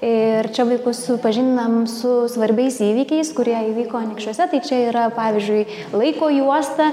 ir čia vaikus supažindinam su svarbiais įvykiais kurie įvyko anykščiuose tai čia yra pavyzdžiui laiko juosta